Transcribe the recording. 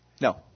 No